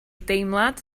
deimlad